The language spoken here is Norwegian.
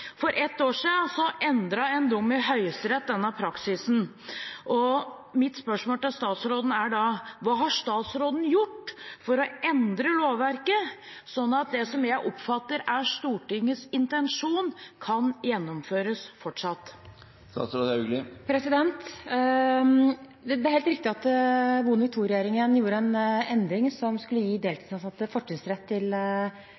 For et år siden endret en dom i Høyesterett denne praksisen. Mitt spørsmål til statsråden er da: Hva har statsråden gjort for å endre lovverket, sånn at det som jeg oppfatter er Stortingets intensjon, fortsatt kan gjennomføres? Det er helt riktig at Bondevik II-regjeringen gjorde en endring som skulle gi